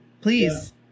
please